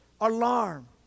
alarm